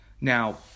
Now